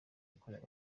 yakorewe